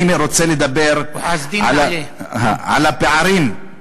(אומר מילים בשפה הערבית) אני רוצה לדבר על הפערים,